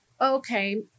okay